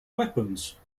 weapons